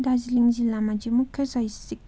दार्जिलिङ जिल्लामा चाहिँ मुख्य शैक्षिक